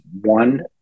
one